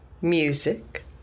Music